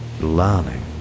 learning